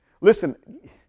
Listen